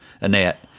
Annette